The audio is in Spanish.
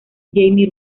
jaime